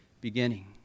beginning